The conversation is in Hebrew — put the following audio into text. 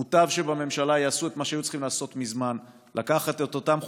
מוטב שבממשלה יעשו את מה שהם צריכים לעשות מזמן: לקחת את אותם חוקים,